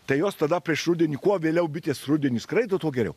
tai jos tada prieš rudenį kuo vėliau bitės rudenį skraido tuo geriau